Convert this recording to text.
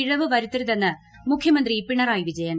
പിഴവ് വരുത്ത്രു്ക്തെന്ന് മുഖ്യമന്ത്രി പിണറായി വിജയൻ